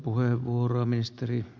arvoisa puhemies